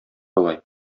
болай